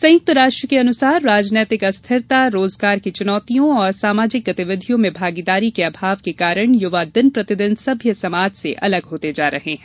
संयुक्त राष्ट्र के अनुसार राजनीतिक अस्थिरता रोजगार की चुनौतियों और सामाजिक गतिविधियो में भागीदारी के अभाव के कारण युवा दिन प्रतिदिन सभ्य समाज से अलग होते जा रहे है